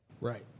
Right